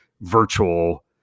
virtual